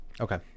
Okay